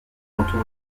canton